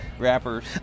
rappers